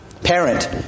Parent